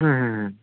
হুম হুম হুম